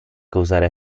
causare